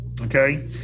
okay